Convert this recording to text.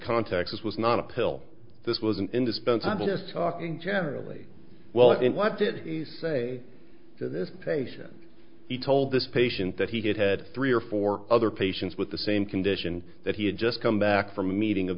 context was not a pill this was an indispensable just talking generally well what did he say to this patient he told this patient that he had had three or four other patients with the same condition that he had just come back from a meeting of